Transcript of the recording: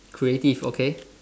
creative okay